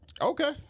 Okay